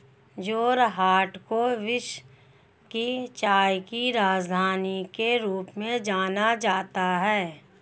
जोरहाट को विश्व की चाय की राजधानी के रूप में जाना जाता है